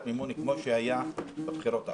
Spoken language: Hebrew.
מימון כמו שהיה בבחירות האחרונות.